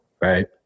right